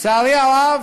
לצערי הרב,